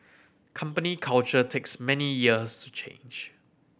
company culture takes many years to change